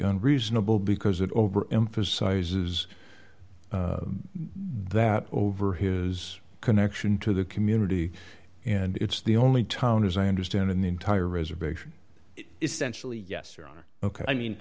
unreasonable because it over emphasizes that over his connection to the community and it's the only town as i understand in the entire reservation essentially yes your honor ok i mean